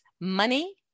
money